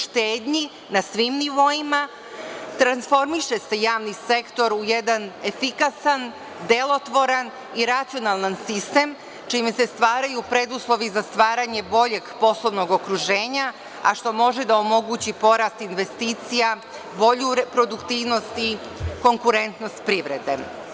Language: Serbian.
štednji na svim nivoima, transformiše se javni sektor u jedan efikasan, delotvoran i racionalan sistem, čime se stvaraju preduslovi za stvaranje boljeg poslovnog okruženja, a što može da omogući porast investicija, bolju produktivnost i konkurentnost privrede.